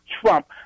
Trump